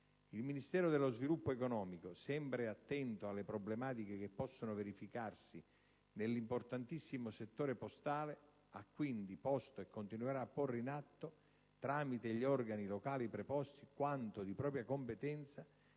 Il Ministero dello sviluppo economico, sempre attento alle problematiche che possono verificarsi nell'importantissimo settore postale ha, quindi, posto e continuerà a porre in atto, tramite gli organi locali preposti, quanto di propria competenza